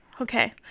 Okay